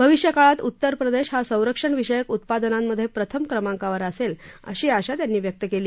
भविष्यकाळात उत्तरप्रदेश हा संरक्षणविषयक उत्पादनांमधे प्रथम क्रमांकावर असेल अशी आशा त्यांनी व्यक्त केली